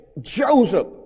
Joseph